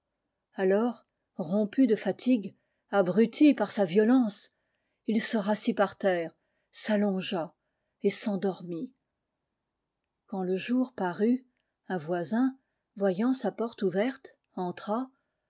alors rompu de fatigue abruti par sa violence il se rassit par terre s'allongea et s'endormit quand le jour parut un voisin voyant sa porte ouverte entra